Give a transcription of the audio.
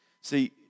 See